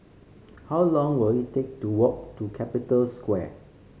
how long will it take to walk to Capital Square